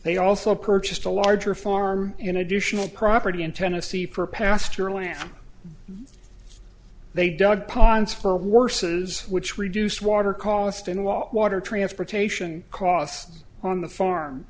they also purchased a larger farm you know additional property in tennessee for pasture land they dug ponds for worse is which reduced water cost and a lot water transportation costs on the farm